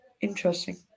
Interesting